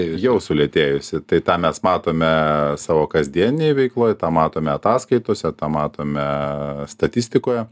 jau sulėtėjusi tai tą mes matome savo kasdieninėj veikloj tą matome ataskaitose tą matome statistikoje